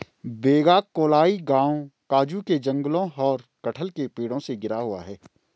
वेगाक्कोलाई गांव काजू के जंगलों और कटहल के पेड़ों से घिरा हुआ है